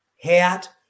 hat